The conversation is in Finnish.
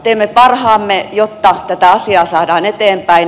teemme parhaamme jotta tätä asiaa saadaan eteenpäin